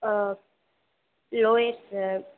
lowers